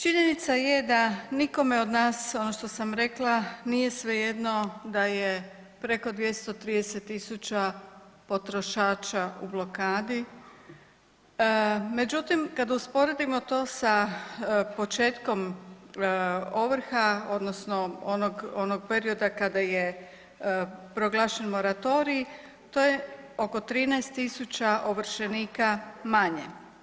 Činjenica je da nikome od nas, ono što sam rekla, nije svejedno da je preko 230 000 potrošača u blokadi, međutim kad usporedimo to sa početkom ovrha, odnosno onog perioda kada je proglašen moratorij, to je oko 13 000 ovršenika manje.